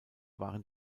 waren